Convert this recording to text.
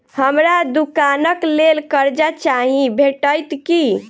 हमरा दुकानक लेल कर्जा चाहि भेटइत की?